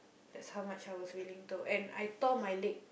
that's how much I was willing to and I tore my leg